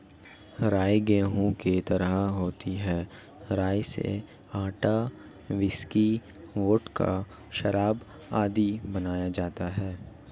राई गेहूं की तरह होती है राई से आटा, व्हिस्की, वोडका, शराब आदि बनाया जाता है